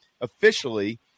officially